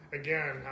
again